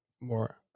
more